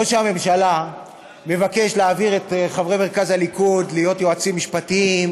ראש הממשלה מבקש להעביר את חברי מרכז הליכוד להיות יועצים משפטיים,